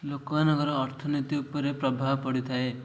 ଲୋକମାନଙ୍କର ଅର୍ଥନୀତି ଉପରେ ପ୍ରଭାବ ପଡ଼ିଥାଏ